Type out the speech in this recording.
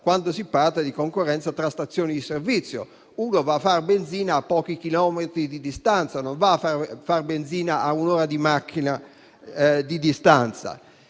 quando si tratta di concorrenza tra stazioni di servizio: uno va a fare benzina a pochi chilometri di distanza, non a un'ora di macchina di distanza.